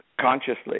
Consciously